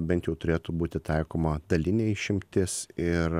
bent jau turėtų būti taikoma dalinė išimtis ir